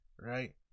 Right